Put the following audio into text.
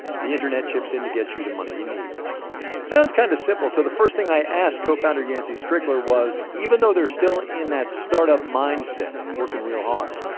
the internet chips in to get you the money you need sounds kinda kind of simple, so the first thing i asked co-founder yancey strickler was even though they're still in that startup mindset, working really hard,